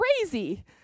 crazy